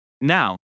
Now